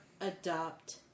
adopt